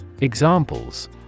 Examples